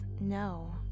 no